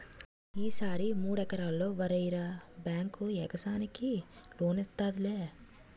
ఈ సారి మూడెకరల్లో వరెయ్యరా బేంకు యెగసాయానికి లోనిత్తాదిలే